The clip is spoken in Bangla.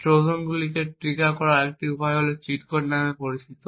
ট্রোজানগুলিকে ট্রিগার করার আরেকটি উপায় হল চিট কোড নামে পরিচিত